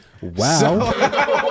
Wow